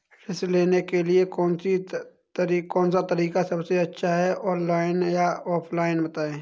ऋण लेने के लिए कौन सा तरीका सबसे अच्छा है ऑनलाइन या ऑफलाइन बताएँ?